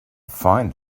find